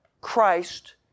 Christ